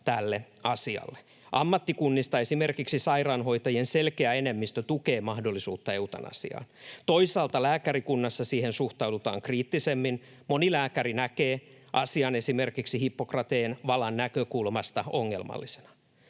tälle asialle. Ammattikunnista esimerkiksi sairaanhoitajien selkeä enemmistö tukee mahdollisuutta eutanasiaan. Toisaalta lääkärikunnassa siihen suhtaudutaan kriittisemmin. Moni lääkäri näkee asian esimerkiksi Hippokrateen valan näkökulmasta ongelmallisena.